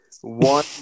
one